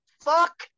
Fuck